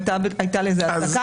הייתה לזה הצדקה.